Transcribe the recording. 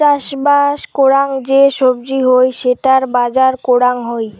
চাষবাস করাং যে সবজি হই সেটার বাজার করাং হই